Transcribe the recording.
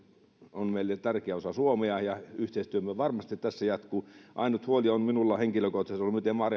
on meille tärkeä osa suomea ja yhteistyömme varmasti tässä jatkuu ainut huoli on minulla henkilökohtaisesti ollut miten maarianhaminan